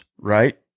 right